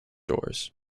doors